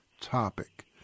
topic